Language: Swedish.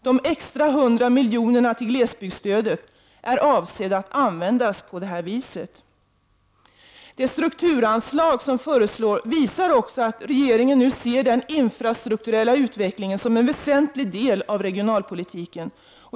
De extra hundra miljonerna till glesbygdsstödet är avsedda att användas på det här viset. De strukturanslag som föreslås visar också att regeringen nu ser den infrastrukturella utvecklingen som en väsentlig del av regionalpolitiken.